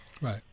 Right